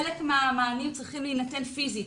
חלק מהמענים צריכים להינתן פיזית.